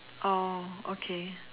oh okay